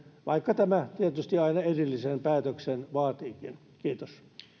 vaikka tämä tietysti aina erillisen päätöksen vaatiikin kiitos